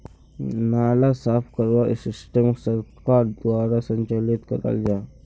नाला साफ करवार सिस्टम सरकार द्वारा संचालित कराल जहा?